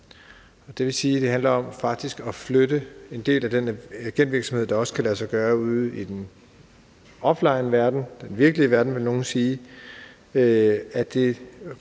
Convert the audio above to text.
Det vil sige, at det handler om faktisk at flytte en del af den agentvirksomhed, der kan lade sig gøre ude i offline-verdenen, den virkelige verden, vil nogle sige, over